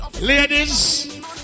Ladies